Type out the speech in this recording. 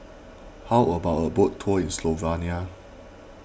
how about a boat tour in Slovenia